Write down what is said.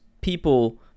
people